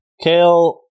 Kale